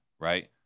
right